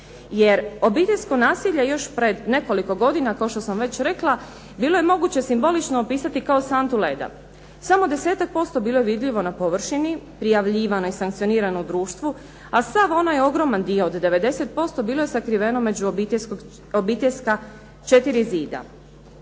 Jer obiteljsko nasilje još pred nekoliko godina kao što sam već rekla bilo je moguće simbolično opisati kao santu leda. Samo desetak posto bilo je vidljivo na površini, prijavljivano i sankcionirano u društvu, a sav onaj ogroman dio od 90% bilo je sakriveno među obiteljska četiri zida.